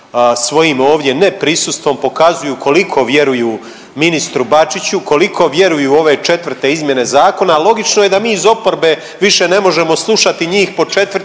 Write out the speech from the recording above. svojim ovdje neprisustvom pokazuju koliko vjeruju ministru Bačiću, koliko vjeruju u ove 4. izmjene zakona, a logično je da mi iz oporbe više ne možemo slušati njih po 4.